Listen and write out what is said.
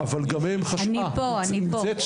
אני פה, אני פה.